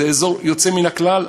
זה אזור יוצא מן הכלל,